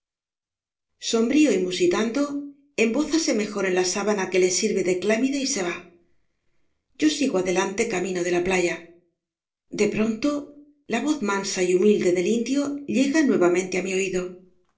sombrío y musitando embózase mejor en la sábana que le sirve de clámide y se va yo sigo adelante camino de la playa de pronto la voz mansa y humilde del indio llega nuevamente á mi oído